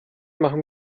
machen